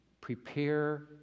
prepare